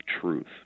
truth